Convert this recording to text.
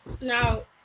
Now